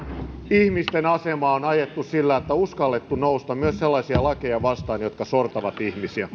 ihmisten asemaan on ajettu sillä että on uskallettu nousta myös sellaisia lakeja vastaan jotka sortavat ihmisiä